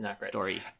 story